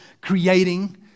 creating